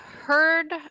heard